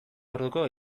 orduko